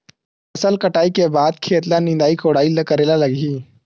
फसल कटाई के बाद खेत ल निंदाई कोडाई करेला लगही?